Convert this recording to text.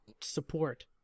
support